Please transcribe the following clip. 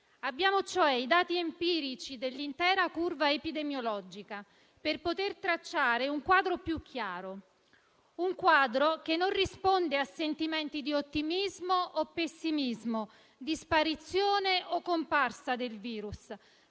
Abbiamo cioè i dati empirici dell'intera curva epidemiologica per poter tracciare un quadro più chiaro, che non risponde a sentimenti di ottimismo o pessimismo, di sparizione o comparsa del virus,